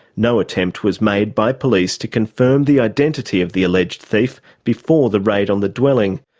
no attempt was made by police to confirm the identity of the alleged thief before the raid on the dwelling.